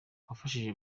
wafashije